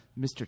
Mr